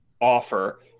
offer